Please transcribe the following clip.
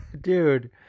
Dude